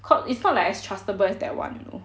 ca~ it's not like as trustable as that [one] you know